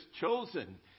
chosen